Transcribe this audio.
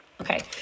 Okay